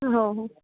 हो हो